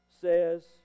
says